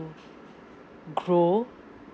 grow